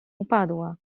upadła